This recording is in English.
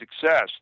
success